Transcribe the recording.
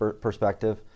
perspective